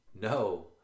no